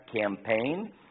campaign